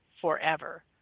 forever